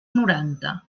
noranta